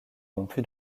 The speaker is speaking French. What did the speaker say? rompu